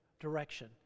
direction